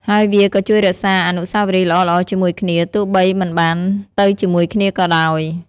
ហើយវាក៏ជួយរក្សាអនុស្សាវរីយ៍ល្អៗជាមួយគ្នា ទោះបីមិនបានទៅជាមួយគ្នាក៏ដោយ។